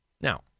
Now